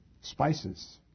spices